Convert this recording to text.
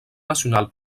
nacional